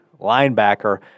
linebacker